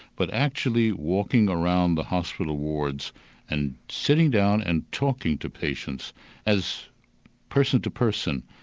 but actually walking around the hospital wards and sitting down and talking to patients as person to person,